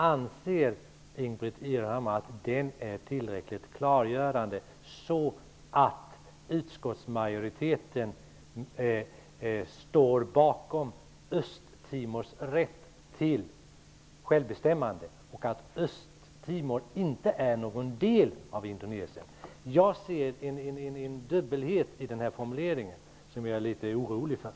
Anser Ingbritt Irhammar att formuleringen är tillräckligt klargörande om att utskottsmajoriteten står bakom Östtimors rätt till självbestämmande och att Östtimor inte är någon del av Indonesien? Jag ser en dubbelhet i denna formulering, som jag är litet orolig för.